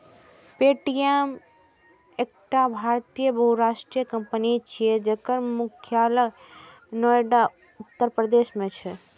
Paytm एकटा भारतीय बहुराष्ट्रीय कंपनी छियै, जकर मुख्यालय नोएडा, उत्तर प्रदेश मे छै